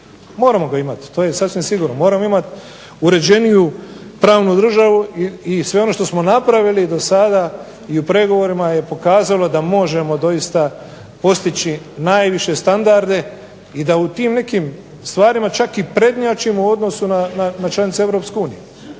moramo ga imati to je sasvim sigurno, moramo imati uređeniju pravnu državu i sve ono što smo napravili do sada u pregovorima je pokazalo da možemo doista postići najviše standarde i da u tim nekim stvarima čak i prednjačimo u odnosu na članice EU. I o tome